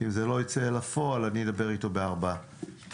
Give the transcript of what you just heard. אם זה לא ייצא לפועל, אני אדבר איתו בארבע עיניים.